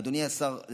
אדוני השר,